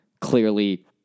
clearly